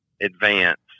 advance